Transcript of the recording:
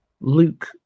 Luke